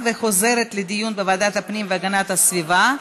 וחוזרת לדיון בוועדת הפנים והגנת הסביבה,